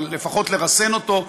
אבל לפחות לרסן אותו,